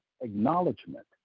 acknowledgement